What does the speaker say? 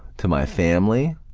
to my family,